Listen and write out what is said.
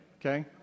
Okay